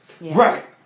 Right